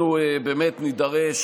אנחנו באמת נידרש,